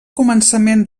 començament